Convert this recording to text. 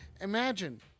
Imagine